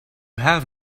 have